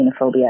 xenophobia